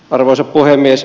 arvoisa puhemies